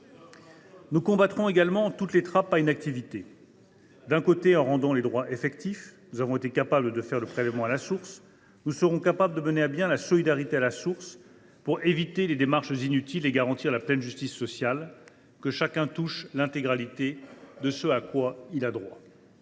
Nous combattrons également toutes les trappes à inactivité. Il s’agira de rendre les droits effectifs. Nous avons été capables de réaliser le prélèvement à la source ; nous serons capables de mener à bien la solidarité à la source, pour éviter les démarches inutiles et pour garantir la pleine justice sociale : que chacun touche l’intégralité de ce à quoi il a droit.